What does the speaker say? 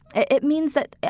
it means that,